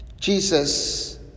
jesus